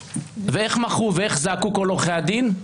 איך מחו ואיך זעקו כל עורכי הדין?